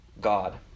God